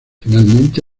finalmente